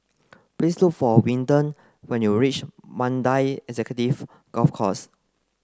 please look for Windell when you reach Mandai Executive Golf Course